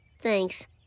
Thanks